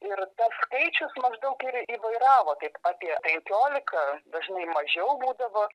ir tas skaičius maždaug ir įvairavo tiek apie penkiolika dažnai mažiau būdavo